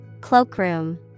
Cloakroom